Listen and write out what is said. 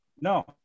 No